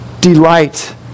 delight